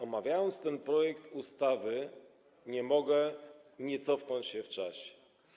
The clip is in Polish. Omawiając ten projekt ustawy, nie mogę nie cofnąć się w czasie.